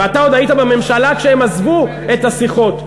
ואתה עוד היית בממשלה כשהם עזבו את השיחות.